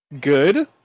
good